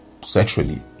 sexually